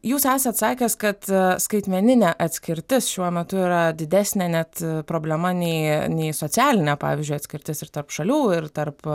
jūs esat sakęs kad skaitmeninė atskirtis šiuo metu yra didesnė net problema nei nei socialinė pavyzdžiui atskirtis ir tarp šalių ir tarp